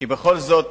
כי בכל זאת